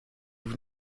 vous